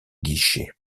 guichets